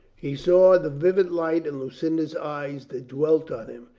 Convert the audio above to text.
he saw the vivid light in lucinda's eyes that dwelt on him.